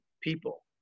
people